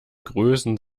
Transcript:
größen